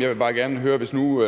jeg vil bare gerne høre: Hvis nu